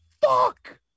fuck